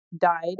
died